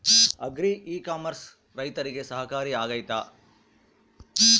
Agri e commerce ರೈತರಿಗೆ ಸಹಕಾರಿ ಆಗ್ತೈತಾ?